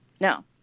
No